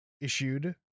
issued